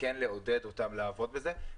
וכן לעודד אותם לעבוד בזה.